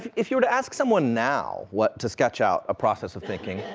if you were to ask someone now what to sketch out a process of thinking,